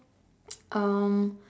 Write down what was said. um